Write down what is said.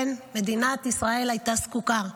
כן, מדינת ישראל הייתה זקוקה.